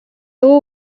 dugu